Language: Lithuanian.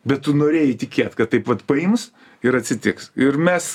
bet tu norėjai tikėt kad taip vat paims ir atsitiks ir mes